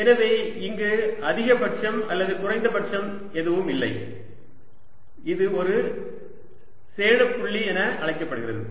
எனவே இங்கு அதிகபட்சம் அல்லது குறைந்தபட்சம் எதுவும் இல்லை இது ஒரு சேணப்புள்ளி என்று அழைக்கப்படுகிறது